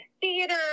theater